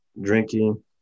drinking